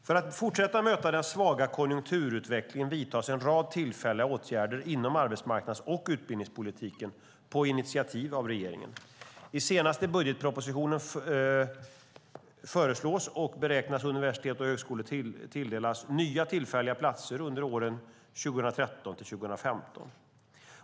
För att fortsätta att möta den svaga konjunkturutvecklingen vidtas en rad tillfälliga åtgärder inom arbetsmarknads och utbildningspolitiken på initiativ av regeringen. I den senaste budgetproposition föreslås och beräknas universitet och högskolor tilldelas nya tillfälliga platser under åren 2013-2015.